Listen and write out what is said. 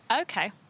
okay